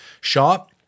shop